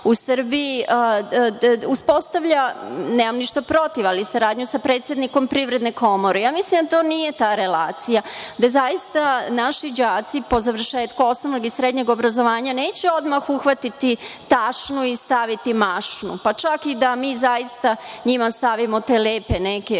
u Srbiji uspostavlja, nemam ništa protiv, ali saradnju sa predsednikom Privredne komore. Mislim da to nije ta relacija, da zaista naši đaci po završetku osnovnog i srednjeg obrazovanja neće odmah uhvatiti tašnu i staviti mašnu, pa čak i da mi zaista njima stavimo te lepe